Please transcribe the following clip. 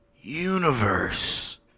universe